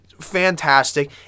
fantastic